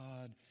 God